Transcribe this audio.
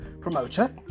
promoter